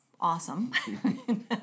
awesome